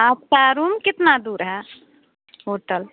आपका रूम कितना दूर है होटल